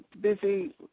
busy